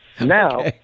Now